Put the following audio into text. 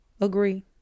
agree